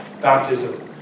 baptism